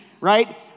Right